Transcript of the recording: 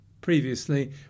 previously